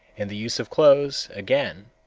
in the use of clothes, again,